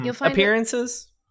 appearances